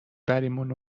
بریمون